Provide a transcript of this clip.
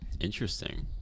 Interesting